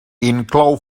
inclou